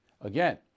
Again